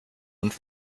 und